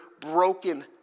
broken